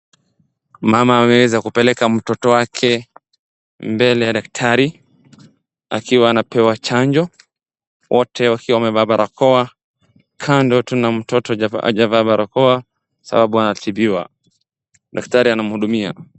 Mama ameweza kupeleka mtoto wake mbele ya daktari, akiwa anapewa chanjo, wote wakiwa wamevaa barakoa. Kando tuna mtoto hajavaa barakoa, kwasababu anatibiwa, daktari anamhudumia.